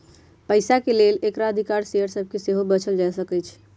पइसाके लेल अग्राधिकार शेयर सभके सेहो बेचल जा सकहइ